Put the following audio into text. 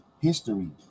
history